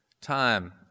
Time